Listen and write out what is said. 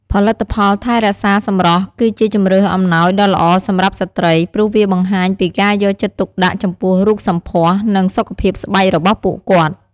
ផលិតផលថែរក្សាសម្រស់គឺជាជម្រើសអំណោយដ៏ល្អសម្រាប់ស្ត្រី ព្រោះវាបង្ហាញពីការយកចិត្តទុកដាក់ចំពោះរូបសម្ផស្ស និងសុខភាពស្បែករបស់ពួកគាត់។